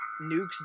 nukes